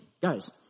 Guys